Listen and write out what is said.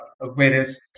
whereas